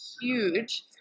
Huge